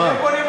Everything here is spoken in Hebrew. מה?